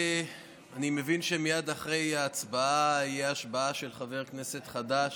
אני מבין שמייד אחרי ההצבעה תהיה השבעה של חבר כנסת חדש,